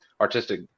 artistic